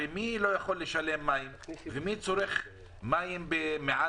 הרי מי לא יכול לשלם מים ומי צורך מים מעל